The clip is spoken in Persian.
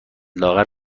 لاغر